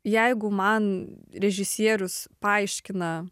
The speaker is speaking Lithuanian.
jeigu man režisierius paaiškina